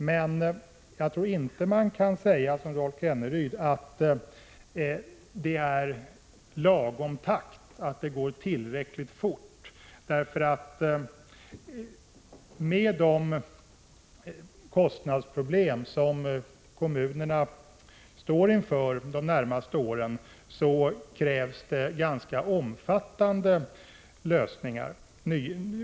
Men jag tror inte att man, som Rolf Kenneryd gör, kan säga att takten är lagom — att utvecklingen går tillräckligt fort. Med tanke på de kostnadsproblem som kommunerna står inför under de närmaste åren krävs det ett ganska omfattande nytänkande.